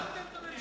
כי אין משא-ומתן.